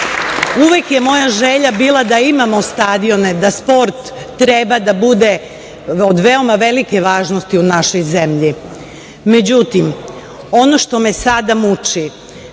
Uvek je moja želja bila da imamo stadione, da sport treba da bude od veoma velike važnosti u našoj